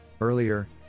Earlier